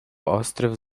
острів